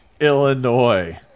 Illinois